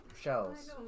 shells